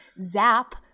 Zap